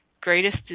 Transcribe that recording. greatest